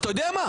אתה יודע מה?